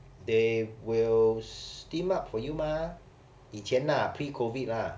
they will steam up for you mah 以前 lah pre-COVID lah